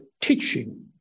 teaching